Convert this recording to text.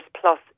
Plus